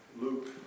Luke